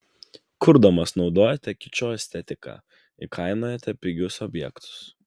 kurdamas naudojate kičo estetiką įkainojate pigius objektus